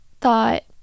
thought